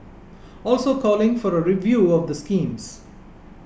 also calling for a review of the schemes